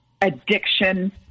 addiction